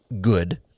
good